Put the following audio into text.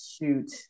shoot